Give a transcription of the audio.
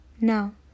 No